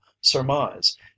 surmise